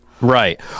Right